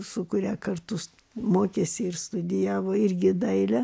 su kuria kartu mokėsi ir studijavo irgi dailę